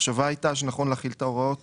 המחשבה הייתה שנכון להחיל את הוראות